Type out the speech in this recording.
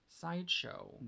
Sideshow